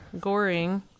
Goring